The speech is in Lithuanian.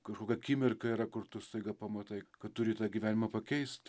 kažkokia akimirka yra kur tu staiga pamatai kad turi tą gyvenimą pakeist